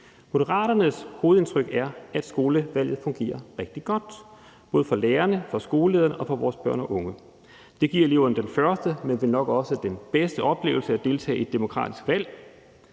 Moderaternes hovedindtryk er, at skolevalget fungerer rigtig godt, både for lærerne, for skolelederne og for vores børn og unge. Det giver eleverne den første, men nok også den bedste oplevelse af at deltage i et demokratisk valg.